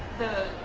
the